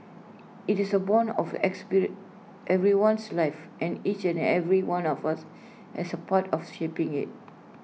IT is A borne of everyone's life and each and every one of us has A part of shaping IT